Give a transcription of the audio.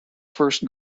first